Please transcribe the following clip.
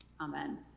Amen